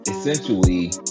Essentially